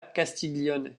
castiglione